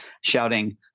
shouting